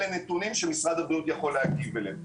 אלה הם נתונים שמשרד הבריאות יכול להגיב אליהם.